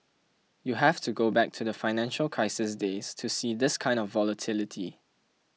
you have to go back to the financial crisis days to see this kind of volatility